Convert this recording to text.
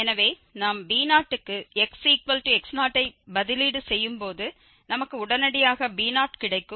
எனவே நாம் b0 க்கு xx0ஐ பதிலீடு செய்யும் போது நமக்கு உடனடியாக b0 கிடைக்கும்